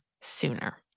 sooner